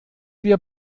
wir